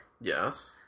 Yes